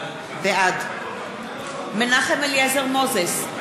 בעד מנחם אליעזר מוזס,